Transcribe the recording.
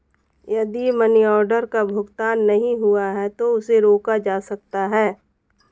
यदि money order का भुगतान नहीं हुआ है तो उसे रोका जा सकता है